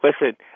listen